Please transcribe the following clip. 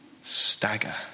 stagger